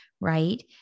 right